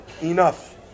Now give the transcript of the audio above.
enough